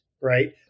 Right